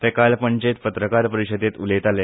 ते आयज पणजेंत पत्रकार परिशदेंत उलयताले